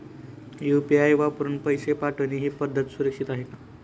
UPI वापरून पैसे पाठवणे ही पद्धत सुरक्षित आहे का?